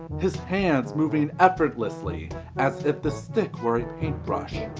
his hands moving effortlessly as if the stick were a paintbrush,